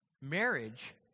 marriage